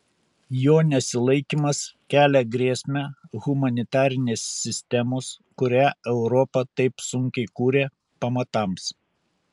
jo nesilaikymas kelia grėsmę humanitarinės sistemos kurią europa taip sunkiai kūrė pamatams